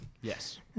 Yes